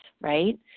right